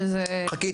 שזה -- חכי,